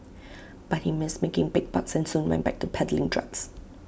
but he missed making big bucks and soon went back to peddling drugs